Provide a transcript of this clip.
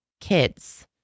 kids